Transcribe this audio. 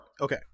okay